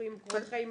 שולחים קורות חיים?